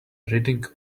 reading